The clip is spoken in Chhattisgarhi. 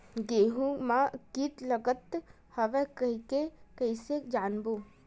गेहूं म कीट लगत हवय करके कइसे जानबो?